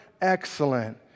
excellent